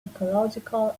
ecological